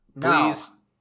please